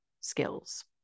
skills